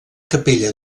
capella